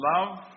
love